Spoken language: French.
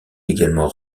également